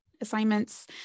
assignments